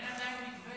אין עדיין מתווה.